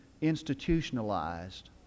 institutionalized